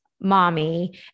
mommy